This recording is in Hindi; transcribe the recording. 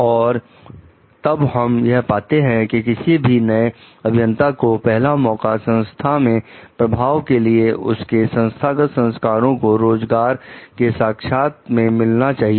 और तब हम यह पाते हैं कि किसी भी नए अभियंता को पहला मौका संस्था के प्रभाव के लिए उनके संस्थागत संस्कारों को रोजगार के साक्षात्कार में मिलना चाहिए